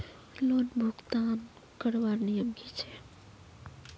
Loan भुगतान करवार नियम की छे?